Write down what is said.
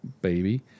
baby